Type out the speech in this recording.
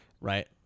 right